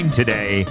today